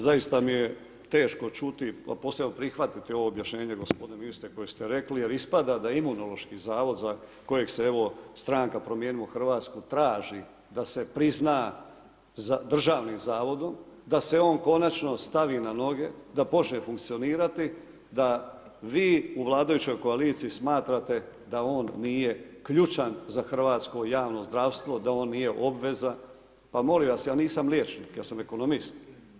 Zaista mi je teško čuti a posebno prihvatiti ovo objašnjenje gospodine ministre, koje ste rekli jer ispada da je Imunološki zavod za koje se evo stranka Promijenimo Hrvatsku traži da se prizna državnim zavodom, da se on konačno stavi na noge, da počne funkcionirati, da vi u vladajućoj koaliciji smatrate da on nije ključan za hrvatsko javno zdravstvo, da on nije obveza pa molim vas, ja nisam liječnik, ja sam ekonomist.